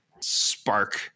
spark